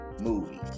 movies